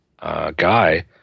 guy